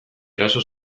eraso